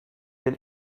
been